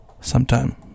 sometime